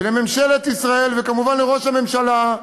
ולממשלת ישראל, וכמובן לראש הממשלה: